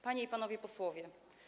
Panie i Panowie Posłowie!